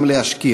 גם להשכיח.